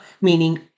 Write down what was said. meaning